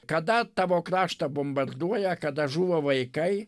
kada tavo kraštą bombarduoja kada žūva vaikai